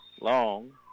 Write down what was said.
Long